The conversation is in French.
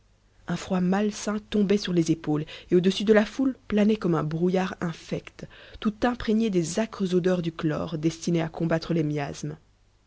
un froid malsain tombait sur les épaules et au-dessus de la foule planait comme un brouillard infect tout imprégné des âcres odeurs du chlore destiné à combattre les miasmes